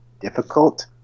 difficult